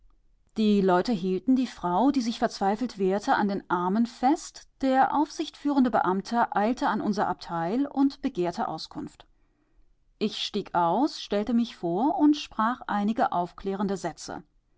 die leute hielten die frau die sich verzweifelt wehrte an den armen fest der aufsichtführende beamte eilte an unser abteil und begehrte auskunft ich stieg aus stellte mich vor und sprach einige aufklärende sätze